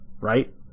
right